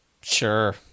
sure